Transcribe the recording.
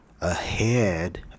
ahead